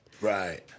Right